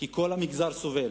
כי כל המגזר סובל.